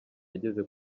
yageze